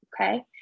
Okay